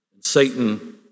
Satan